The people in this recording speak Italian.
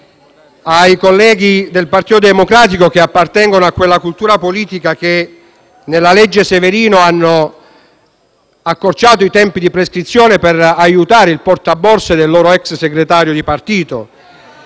ai colleghi del Partito democratico che appartengono a quella cultura politica che, con la legge Severino, ha accorciato i termini di prescrizione per aiutare il portaborse del loro ex segretario di partito.